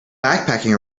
backpacking